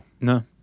no